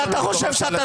השנייה והשלישית,